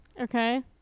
Okay